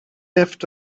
left